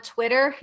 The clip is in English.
Twitter